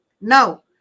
Now